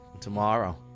Tomorrow